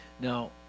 Now